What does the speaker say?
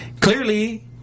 clearly